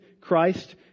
Christ